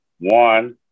One